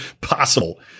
possible